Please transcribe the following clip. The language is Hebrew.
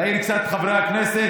להעיר קצת את חברי הכנסת.